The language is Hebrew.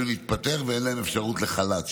כאלה שהיו מחויבים להתפטר ואין להם אפשרות לחל"ת,